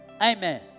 Amen